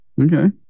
Okay